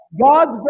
God's